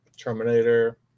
Terminator